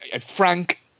Frank